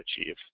achieve